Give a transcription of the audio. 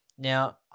Now